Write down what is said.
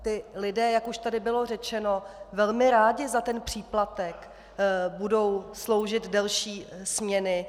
Ti lidé, jak už tady bylo řečeno, velmi rádi za příplatek budou sloužit delší směny.